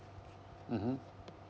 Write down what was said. mmhmm